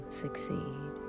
succeed